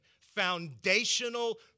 foundational